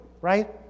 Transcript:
right